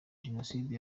jenoside